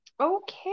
okay